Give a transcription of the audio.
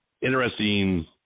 Interesting